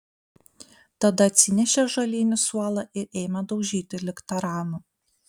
tada atsinešė ąžuolinį suolą ir ėmė daužyti lyg taranu